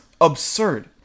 absurd